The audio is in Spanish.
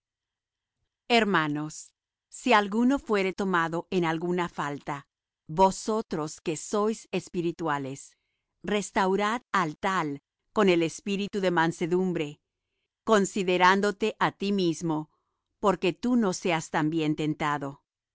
hermanos si alguno fuere tomado en alguna falta vosotros que sois espirituales restaurad al tal con el espíritu de mansedumbre considerándote á ti mismo porque tú no seas también tentado